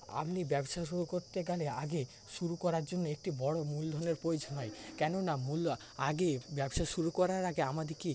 আপনি ব্যবসা শুরু করতে গেলে আগে শুরু করার জন্য একটি বড় মূলধনের প্রয়োজন হয় কেননা মূল্য আগে ব্যবসা শুরু করার আগে আমাদেরকে